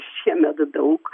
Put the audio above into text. šiemet daug